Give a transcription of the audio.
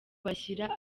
bashyira